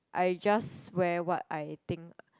I just wear what I think